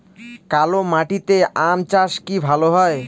কালো মাটিতে আম চাষ কি ভালো হয়?